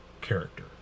character